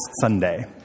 Sunday